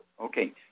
Okay